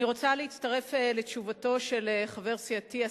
אני רוצה להצטרף לתשובתו של חבר סיעתי,